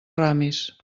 ramis